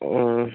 ആ